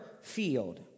field